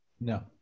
No